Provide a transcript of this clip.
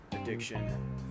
addiction